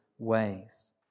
ways